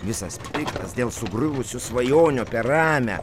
visas piktas dėl sugriuvusių svajonių apie ramią